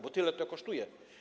Bo tyle to kosztuje.